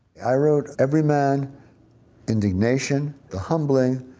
i wrote everyman, indignation, the humbling,